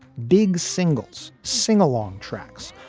big singles, singalong tracks,